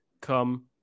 come